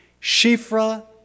Shifra